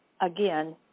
again